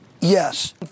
Yes